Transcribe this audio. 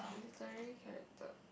literary character